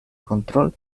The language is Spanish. control